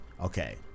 Okay